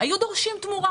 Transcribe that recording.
היו דורשים תמורה.